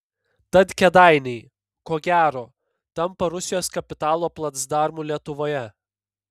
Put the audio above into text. tad kėdainiai ko gero tampa rusijos kapitalo placdarmu lietuvoje